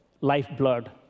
lifeblood